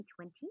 2020